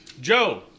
Joe